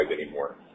anymore